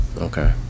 Okay